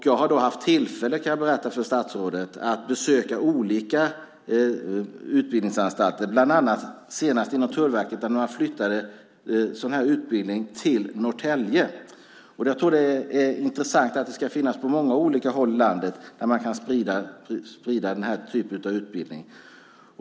Jag har haft tillfälle, kan jag berätta för statsrådet, att besöka olika utbildningsanstalter, bland annat senast inom Tullverket där man flyttade sådan här utbildning till Norrtälje. Det är intressant att det ska finnas på många olika håll i landet, dit man kan sprida den här typen av utbildning.